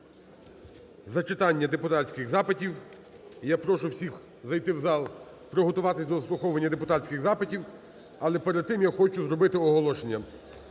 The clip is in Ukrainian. зачитання депутатських запитів. Я прошу всіх зайти в зал, приготуватися до заслуховування депутатських запитів. Але перед тим я хочу зробити оголошення.